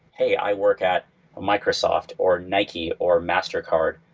hey, i work at microsoft, or nike, or mastercard,